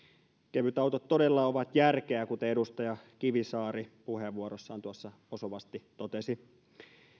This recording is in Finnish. kevytautot todella ovat järkeä kuten edustaja kivisaari puheenvuorossaan osuvasti totesi